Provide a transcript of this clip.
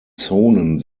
zonen